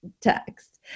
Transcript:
text